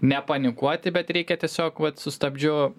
nepanikuoti bet reikia tiesiog vat su stabdžiu